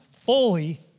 fully